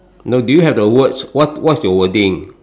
no do you have the words what what's your wording